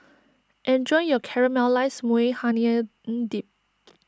enjoy your Caramelized Maui Onion N Dip